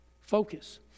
Focus